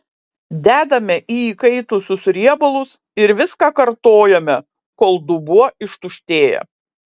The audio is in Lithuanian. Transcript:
dedame į įkaitusius riebalus ir viską kartojame kol dubuo ištuštėja